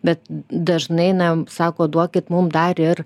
bet dažnai na sako duokit mum dar ir